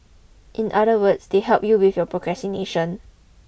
in other words they help you with your procrastination